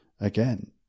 again